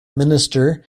minister